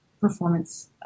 performance